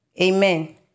Amen